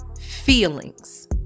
feelings